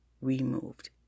removed